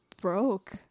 broke